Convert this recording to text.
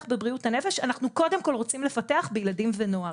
בבריאות הנפש אנחנו קודם כל רוצים לפתח בילדים ונוער,